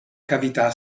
cavità